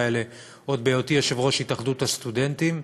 האלה עוד מהיותי יושב-ראש התאחדות הסטודנטים,